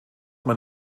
man